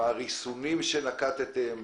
מה הריסונים שנקטתם,